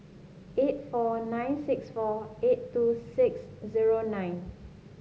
eight four nine six four eight two six zero nine